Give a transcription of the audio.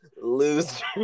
Loser